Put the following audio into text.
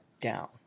down